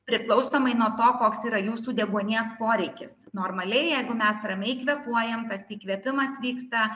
priklausomai nuo to koks yra jūsų deguonies poreikis normaliai jeigu mes ramiai kvėpuojam tas įkvėpimas vyksta